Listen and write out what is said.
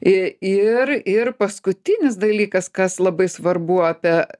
i ir ir paskutinis dalykas kas labai svarbu apie